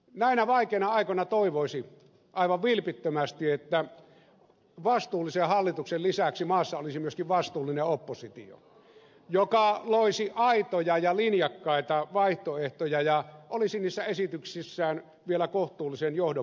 näinä vaikeina aikoina toivoisi aivan vilpittömästi että vastuullisen hallituksen lisäksi maassa olisi myöskin vastuullinen oppositio joka loisi aitoja ja linjakkaita vaihtoehtoja ja olisi niissä esityksissään vielä kohtuullisen johdonmukainenkin